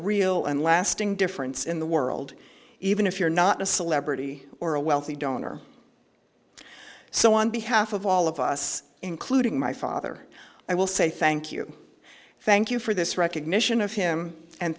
real and lasting difference in the world even if you're not a celebrity or a wealthy donor so on behalf of all of us including my father i will say thank you thank you for this recognition of him and